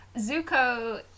Zuko